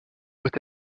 peut